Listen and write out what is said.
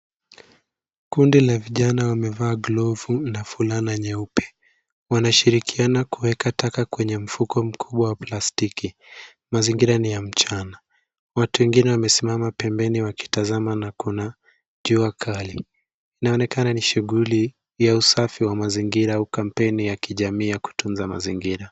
Kundi la vijana wamevaa glovu na fulana nyeupe. Wanashirikiana kuweka taka kwenye mfuko mkubwa wa plastiki. Mazingira ni ya mchana. Watu wengine wamesimama pembeni wakitazama na kuna jua kali. Inaonekana ni shuguli ya usafi wa mazingira au kampeni ya kijamii ya kutunza mazingira.